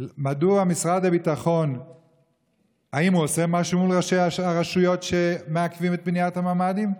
האם משרד הביטחון עושה משהו מול ראשי הרשויות שמעכבים את בניית הממ"דים?